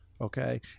Okay